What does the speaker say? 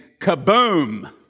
kaboom